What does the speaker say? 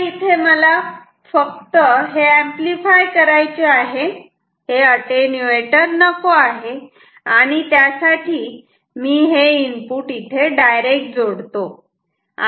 आता इथे मला फक्त हे एंपलीफाय करायचे आहे हे अटेन्यूएटर नको आहे आणि त्यासाठी मी हे इनपुट इथे डायरेक्ट जोडतो